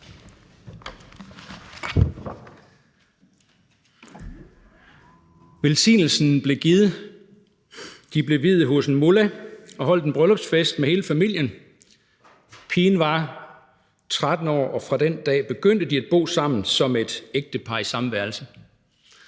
Velsignelsen blev givet, de blev viet hos en mullah og holdt en bryllupsfest med hele familien. Pigen var 13 år, og fra den dag begyndte de at bo sammen som et ægtepar i samme værelse.